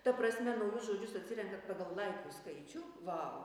ta prasme naujus žodžius atsirenkat pagal laikų skaičių vau